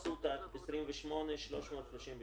פסוטה 28,332,